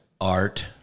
art